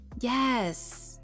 yes